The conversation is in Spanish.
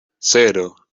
cero